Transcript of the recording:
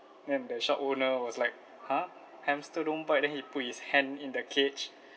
then the shop owner was like !huh! hamster don't bite then he put his hand in the cage